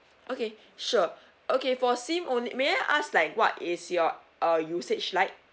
okay sure okay for sim only may I ask like what is your uh usage like